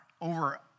over